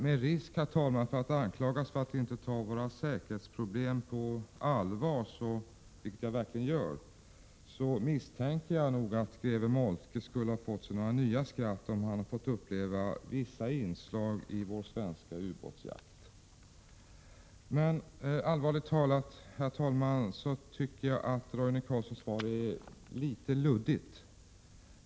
Med risk, herr talman, för att anklagas för att inte ta våra säkerhetsproblem på allvar, vilket jag verkligen gör, misstänker jag nog att greve Moltke skulle ha fått sig några nya skratt, om han hade fått uppleva vissa inslag i vår svenska ubåtsjakt. Allvarligt talat, herr talman, tycker jag att Roine Carlssons svar är litet luddigt.